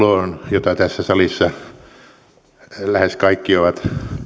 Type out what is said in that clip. jota tässä salissa lähes kaikki ovat